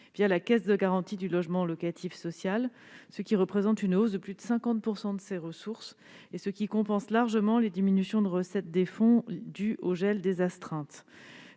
la Caisse de garantie du logement locatif social (CGLLS), ce qui représente une hausse de plus de 50 % de ses ressources et compense largement les diminutions de recettes dues au gel des astreintes.